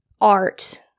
art